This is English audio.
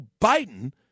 Biden